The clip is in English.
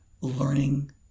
learning